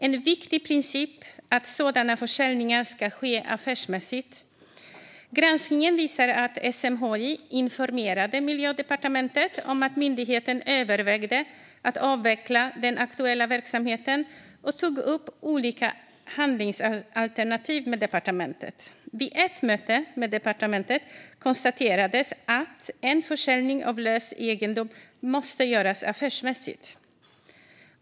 En viktig princip är att sådana försäljningar ska ske affärsmässigt. Granskningen visar att SMHI informerade Miljödepartementet om att myndigheten övervägde att avveckla den aktuella verksamheten och tog upp olika handlingsalternativ med departementet. Vid ett möte med departementet konstaterades att en försäljning av lös egendom måste göras affärsmässigt.